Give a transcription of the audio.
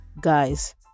Guys